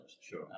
Sure